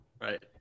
Right